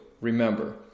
Remember